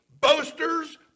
Boasters